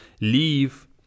leave